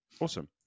Awesome